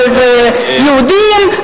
יהודים,